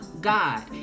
God